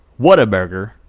Whataburger